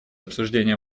обсуждения